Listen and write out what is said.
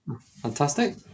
Fantastic